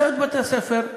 אחיות בתי-הספר,